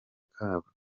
kabo